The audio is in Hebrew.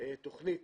תוכנית